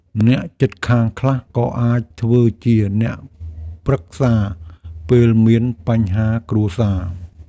អ្នកជិតខាងខ្លះក៏អាចធ្វើជាអ្នកប្រឹក្សាពេលមានបញ្ហាគ្រួសារ។